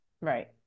right